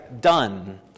done